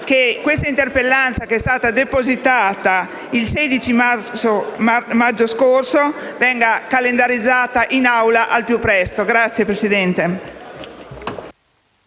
che questa interpellanza, che è stata depositata il 16 maggio scorso, venga calendarizzata in Aula al più presto. **Sulla mancata